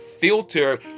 filter